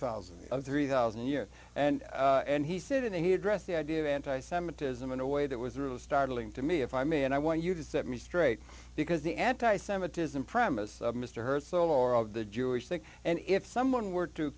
million three thousand years and and he said and he addressed the idea of anti semitism in a way that was really startling to me if i may and i want you to set me straight because the anti semitism premis of mr her soul or of the jewish thing and if someone were to